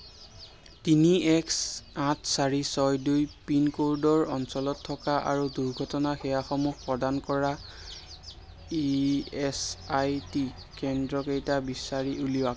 তিনি এক আঠ চাৰি ছয় দুই পিনক'ডৰ অঞ্চলত থকা আৰু দুৰ্ঘটনা সেৱাসমূহ প্ৰদান কৰা ই এচ আই চি কেন্দ্ৰকেইটা বিচাৰি উলিয়াওক